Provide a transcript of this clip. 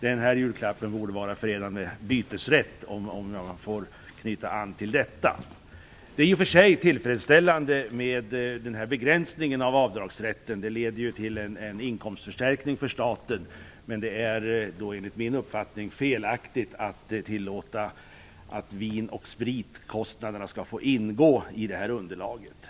Den julklappen borde vara förenad med bytesrätt. Det är i och för sig tillfredsställande med en begränsning av avdragsrätten. Det leder till en inkomstförstärkning för staten. Men det är enligt min uppfattning felaktigt att tillåta att vin och spritkostnaderna skall få ingå i underlaget.